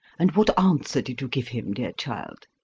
and what answer did you give him, dear child?